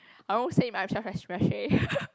I won't say myself as messy